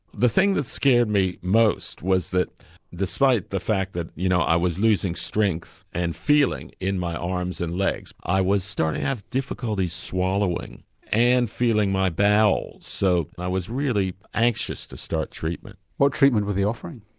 the thing that scared me most was that despite the fact that you know i was losing strength and feeling in my arms and legs, i was starting to have difficulty in swallowing and feeling my bowels so and i was really anxious to start treatment. what treatment were they offering?